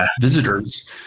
visitors